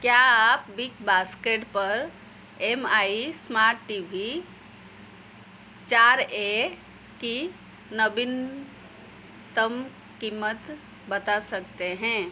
क्या आप बिगबास्केट पर M I smart T V चार ए की नवीनतम क़ीमत बता सकते हैं